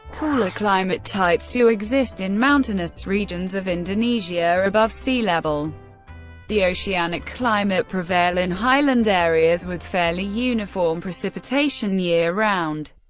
cooler climate types do exist in mountainous regions of indonesia above sea level the oceanic climate prevail in highland areas with fairly uniform precipitation year-round,